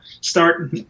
start